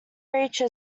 reached